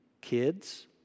kids